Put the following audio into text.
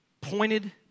pointed